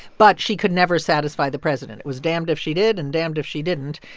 but she could never satisfy the president. it was damned if she did and damned if she didn't.